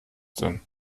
denn